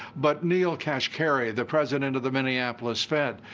but neel kashkari, the president of the minneapolis fed,